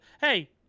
hey